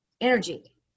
energy